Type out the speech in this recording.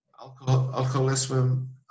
alcoholism